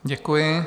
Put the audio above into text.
Děkuji.